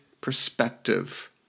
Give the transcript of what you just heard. perspective